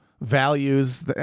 values